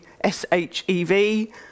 S-H-E-V